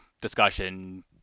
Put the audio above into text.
discussion